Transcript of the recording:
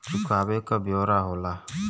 चुकावे क ब्योरा होला